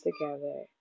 together